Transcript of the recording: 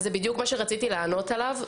זה בדיוק מה שרציתי לענות עליו.